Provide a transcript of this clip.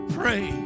pray